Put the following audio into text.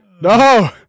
No